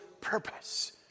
purpose